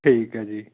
ਠੀਕ ਹੈ ਜੀ